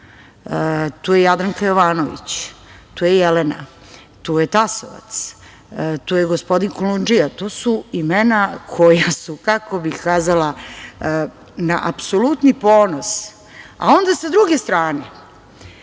je i Jadranka Jovanović, tu je Jelena, tu je Tasovac, tu je gospodin Kolundžija, tu su imena koja su apsolutni ponos, a onda sa druge strane,